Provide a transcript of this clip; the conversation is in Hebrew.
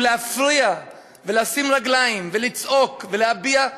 להפריע ולשים רגליים ולצעוק ולהביע.